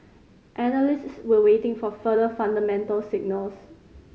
analysts were waiting for further fundamental signals